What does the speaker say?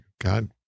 God